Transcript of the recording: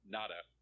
Nada